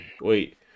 wait